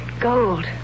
Gold